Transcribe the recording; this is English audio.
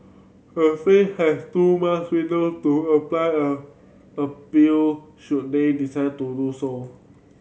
the firm has two month window to a flyer a appeal should they decide to do so